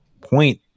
point